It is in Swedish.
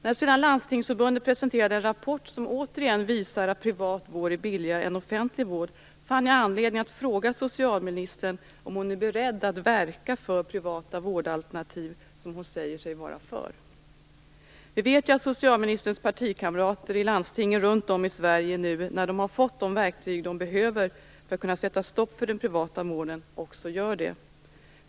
När sedan Landstingsförbundet presenterade en rapport som återigen visar att privat vård är billigare än offentlig vård fann jag anledning att fråga socialministern om hon är beredd att verka för privata vårdalternativ, som hon säger sig vara för. Vi vet att socialministerns partikamrater runt om i Sverige, som nu har fått de verktyg de behöver för att kunna sätta stopp för den privata vården, också gör det.